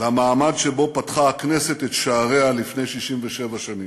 למעמד שבו פתחה הכנסת את שעריה לפני 67 שנים.